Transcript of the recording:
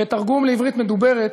בתרגום לעברית מדוברת,